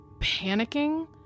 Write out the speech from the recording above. panicking